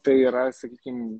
tai yra sakykim